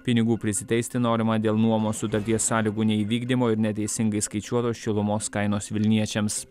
pinigų prisiteisti norima dėl nuomos sutarties sąlygų neįvykdymo ir neteisingai įskaičiuotos šilumos kainos vilniečiams